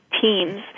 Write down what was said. teams